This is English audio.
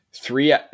three